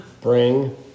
Bring